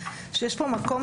שיש פה מקום